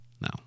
No